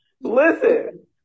Listen